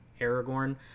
Aragorn